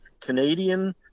Canadian